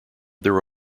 their